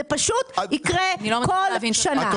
זה פשוט יקרה כל שנה.